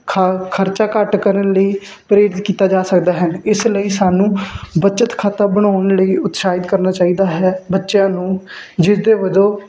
ਖ ਖਰਚਾ ਘੱਟ ਕਰਨ ਲਈ ਪ੍ਰੇਰਿਤ ਕੀਤਾ ਜਾ ਸਕਦਾ ਹੈ ਇਸ ਲਈ ਸਾਨੂੰ ਬੱਚਤ ਖਾਤਾ ਬਣਾਉਣ ਲਈ ਉਤਸਾਹਿਤ ਕਰਨਾ ਚਾਹੀਦਾ ਹੈ ਬੱਚਿਆਂ ਨੂੰ ਜਿਸ ਦੇ ਵਜੋਂ